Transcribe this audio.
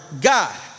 God